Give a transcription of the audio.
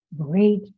great